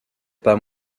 pas